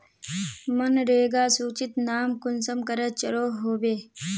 मनरेगा सूचित नाम कुंसम करे चढ़ो होबे?